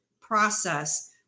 process